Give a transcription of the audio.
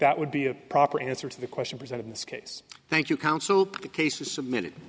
that would be a proper answer to the question presented in this case thank you counsel the case is submitted